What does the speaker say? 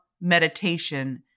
meditation